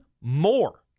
more